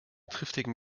triftigen